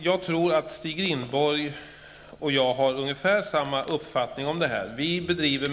Jag tror att Stig Rindborg och jag har ungefär samma uppfattning om dessa saker.